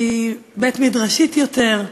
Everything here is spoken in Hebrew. שהיא בית-מדרשית יותר,